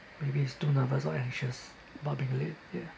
maybe he's too nervous or anxious about being late ya